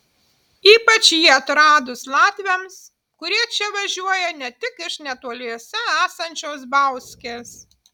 ypač jį atradus latviams kurie čia važiuoja ne tik iš netoliese esančios bauskės